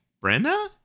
Brenda